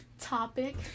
topic